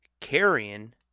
carrion